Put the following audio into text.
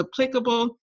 applicable